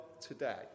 today